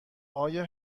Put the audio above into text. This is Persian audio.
آیا